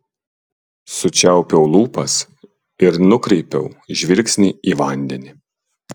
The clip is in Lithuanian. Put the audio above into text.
sučiaupiau lūpas ir nukreipiau žvilgsnį į vandenį